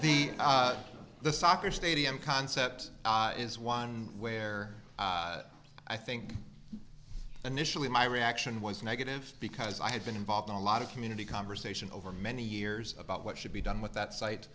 the the soccer stadium concept is one where i think initially my reaction was negative because i had been involved in a lot of community conversation over many years about what should be done with that site